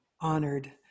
honored